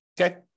Okay